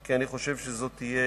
כי אני חושב שזו תהיה